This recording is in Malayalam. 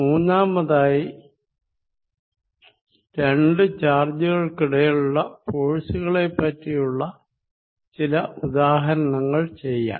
മൂന്നാമതായി രണ്ടു ചാർജുകൾക്കിടയിലുള്ള ഫോഴ്സുകളെപ്പറ്റിയുള്ള ചില ഉദാഹരണങ്ങൾ ചെയ്യാം